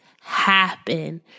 happen